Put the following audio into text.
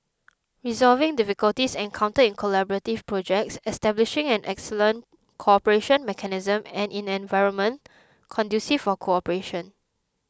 resolving difficulties encountered in collaborative projects establishing an excellent cooperation mechanism and an environment conducive for cooperation